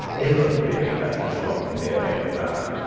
ever ring in that wagnerian manner.